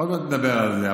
עוד מעט נדבר על זה.